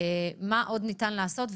מה עוד ניתן לעשות,